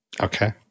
Okay